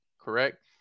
correct